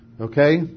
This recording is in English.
Okay